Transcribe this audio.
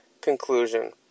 conclusion